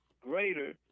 greater